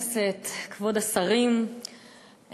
כבוד השרים,